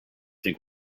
think